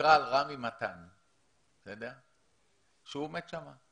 תקרא על רמי מתן שהוא עומד שם.